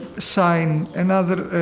sign, another